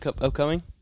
upcoming